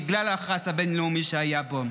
בגלל הלחץ הבין-לאומי שהיה פה: